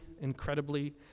incredibly